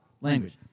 language